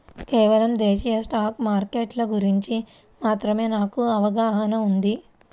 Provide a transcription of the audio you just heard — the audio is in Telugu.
కేవలం దేశీయ స్టాక్ మార్కెట్ల గురించి మాత్రమే నాకు అవగాహనా ఉంది